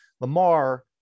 Lamar